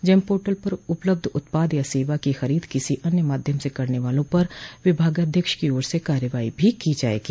GeM portal पर उपलब्ध उत्पाद या सेवा की खरीद किसी अन्य माध्यम से करने वालों पर विभागध्यक्ष की ओर से कार्रवाई भी की जायेगी